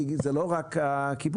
כי זה לא רק הכיבוי.